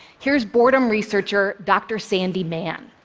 here's boredom researcher dr. sandi mann.